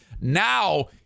now